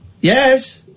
Yes